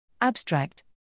Abstract